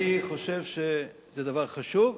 אני חושב שזה דבר חשוב.